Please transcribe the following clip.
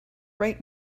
right